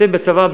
אתם בצבא,